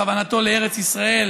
בכוונתו לארץ ישראל